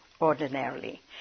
ordinarily